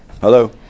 hello